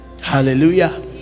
Hallelujah